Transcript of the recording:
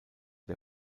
der